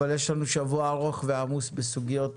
אבל יש לנו שבוע ארוך ועמוס בסוגיות